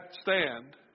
stand